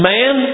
Man